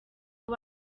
ese